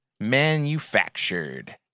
manufactured